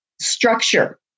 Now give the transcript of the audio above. structure